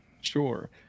Sure